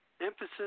Emphasis